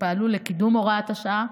שפעלו לקידום הוראת השעה.